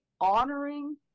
honoring